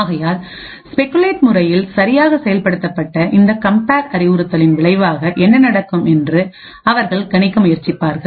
ஆகையால்ஸ்பெகுலேட் முறையில் சரியாக செயல்படுத்தப்பட்ட இந்த கம்பேர் அறிவுறுத்தலின் விளைவாக என்ன நடக்கும் என்று அவர்கள் கணிக்க முயற்சிப்பார்கள்